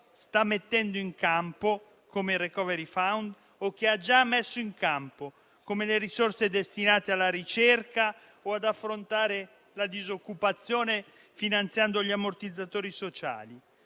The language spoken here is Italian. sta mettendo in campo, come il *recovery fund*, o che ha già messo in campo, come le risorse destinate alla ricerca o ad affrontare la disoccupazione finanziando gli ammortizzatori sociali.